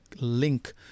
link